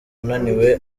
unaniwe